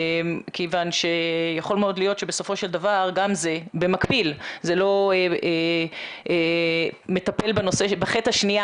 כיוון שיכול מאוד להיות שבסופו של דבר גם זה במקביל לא מטפל בחינוך,